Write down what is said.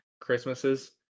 Christmases